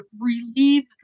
relieve